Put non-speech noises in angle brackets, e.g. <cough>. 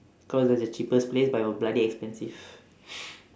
go to the cheapest place but it was bloody expensive <noise>